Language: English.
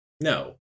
No